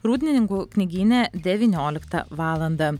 rūdninkų knygyne devynioliktą valandą